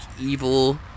evil